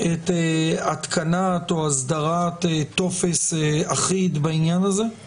ההתקנה או ההסדרה של טופס אחיד בעניין הזה?